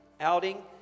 Outing